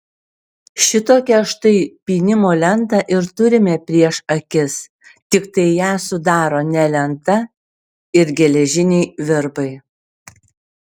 šitokią štai pynimo lentą ir turime prieš akis tiktai ją sudaro ne lenta ir geležiniai virbai